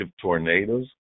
tornadoes